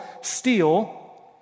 steal